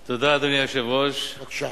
בבקשה.